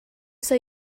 say